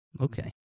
Okay